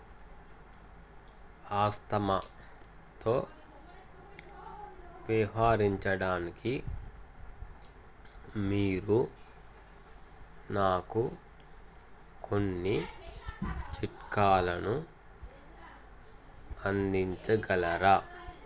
ఆస్తమాతో వ్యవహరించడానికి మీరు నాకు కొన్ని చిట్కాలను అందించగలరా